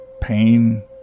pain